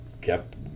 kept